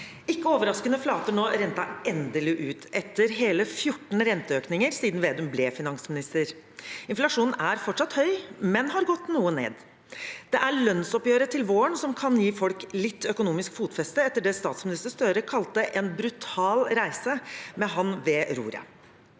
Ikke overraskende flater nå renten endelig ut, etter hele 14 renteøkninger siden Vedum ble finans minister. Inflasjonen er fortsatt høy, men har gått noe ned. Det er lønnsoppgjøret til våren som kan gi folk litt økonomisk fotfeste etter det statsminister Støre kalte «en brutal reise», med ham ved roret.